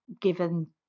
given